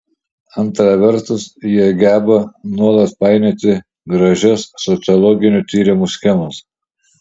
antra vertus jie geba nuolat painioti gražias sociologinių tyrimų schemas